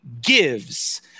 gives